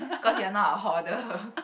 cause you are not a hoarder